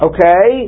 Okay